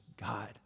God